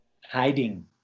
hiding